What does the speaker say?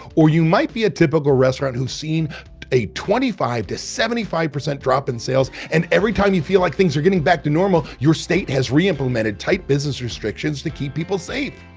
or you might be a typical restaurant who's seen a twenty five to seventy five percent drop in sales. and every time you feel like things are getting back to normal, your state has reimplemented tight business restrictions to keep people safe.